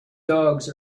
dogs